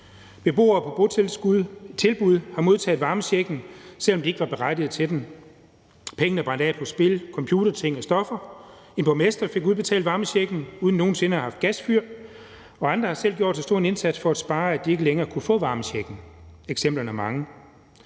Beboere på botilbud har modtaget varmechecken, selv om de ikke var berettiget til den, og pengene er brændt af på spil, computerting og stoffer, og en borgmester fik udbetalt varmechecken uden nogen sinde at have haft et gasfyr, og andre har selv gjort så stor en indsats for at spare, at de ikke længere kunne få varmechecken. Eksemplerne er mange.